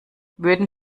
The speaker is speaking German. würden